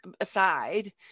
aside